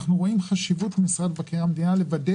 אנחנו רואים חשיבות במשרד מבקר המדינה לוודא